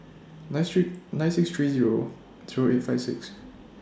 nine Street nine six three Zero through eight five six